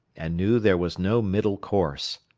and knew there was no middle course.